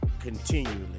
continually